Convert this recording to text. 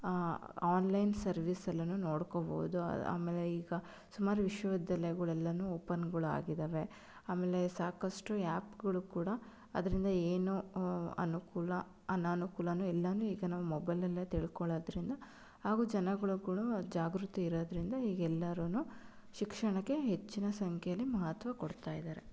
online ಸರ್ವೀಸೆಲ್ಲನೂ ನೋಡ್ಕೋಬೌದು ಆಮೇಲೆ ಈಗ ಸುಮಾರು ವಿಶ್ವವಿದ್ಯಾಲಯಗಳೆಲ್ಲನೂ ಓಪನ್ಗಳು ಆಗಿದ್ದಾವೆ ಆಮೇಲೆ ಸಾಕಷ್ಟು ಯಾಪ್ಗಳು ಕೂಡ ಅದರಿಂದ ಏನೂ ಅನುಕೂಲ ಅನಾನುಕೂಲನು ಎಲ್ಲನೂ ಈಗ ನಾವು ಮೊಬೈಲಲ್ಲೇ ತಿಳ್ಕೊಳ್ಳೋದ್ರಿಂದ ಹಾಗೂ ಜನಗುಳುಕೂ ಜಾಗೃತಿ ಇರೋದರಿಂದ ಈಗೆಲ್ಲಾರೂ ಶಿಕ್ಷಣಕ್ಕೆ ಹೆಚ್ಚಿನ ಸಂಖ್ಯೆಯಲ್ಲಿ ಮಹತ್ವ ಕೊಡ್ತಾ ಇದ್ದಾರೆ